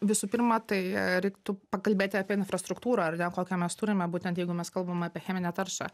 visų pirma tai reiktų pakalbėti apie infrastruktūrą ar ne kokią mes turime būtent jeigu mes kalbam apie cheminę taršą